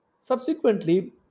subsequently